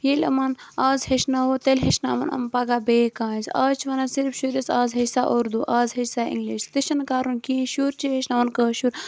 ییٚلہٕ یِمَن اَز ہیٚچھناوو تیٚلہِ ہیٚچھناوَن یِم پَگاہ بیٚیہِ کٲنٛسہِ اَز چھِ وَنان صِرِف شُرِس اَز ہیٚچھ سا اُردو اَز ہیٚچھ سا اِنٛگلِش تہِ چھُنہٕ کَرُن کِہیٖنٛی شُر چھُ ہیٚچھناوُن کٲشُر